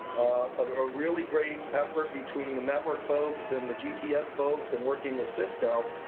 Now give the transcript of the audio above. ah really great effort between the network folks and the gts folks and working with cisco,